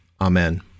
Amen